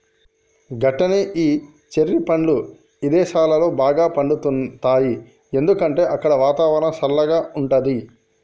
గట్లనే ఈ చెర్రి పండ్లు విదేసాలలో బాగా పండుతాయి ఎందుకంటే అక్కడ వాతావరణం సల్లగా ఉంటది